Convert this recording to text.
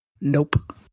Nope